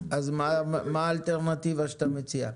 אז מה האלטרנטיבה שאתה מציע?